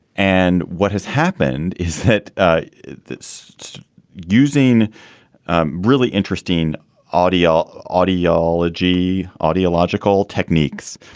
and what has happened is that this using really interesting audio audiology, audio logical techniques.